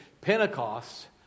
Pentecost